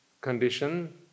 condition